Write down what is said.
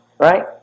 Right